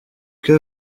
que